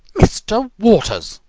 mr. waters!